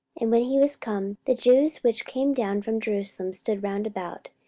and when he was come, the jews which came down from jerusalem stood round about,